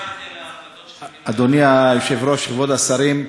אדוני היושב-ראש, כבוד השרים,